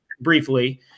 briefly